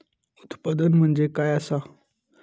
उत्पादन म्हणजे काय असा?